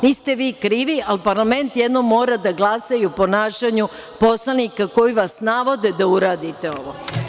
Niste vi krivi, ali parlament jednom mora da glasa i o ponašanju poslanika koji vas navode da uradite ovo.